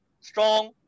strong